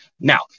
Now